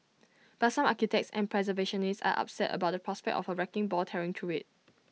but some architects and preservationists are upset about the prospect of A wrecking ball tearing through IT